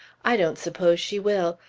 i don't suppose she will.